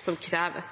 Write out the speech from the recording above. som kreves.